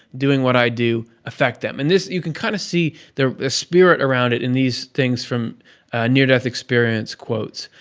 doing what i do affect them? and this. you can kind of see the spirit around it in these things from near-death experience quotes.